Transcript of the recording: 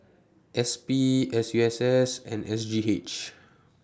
S P S U S S and S G H